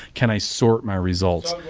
can i sort my results?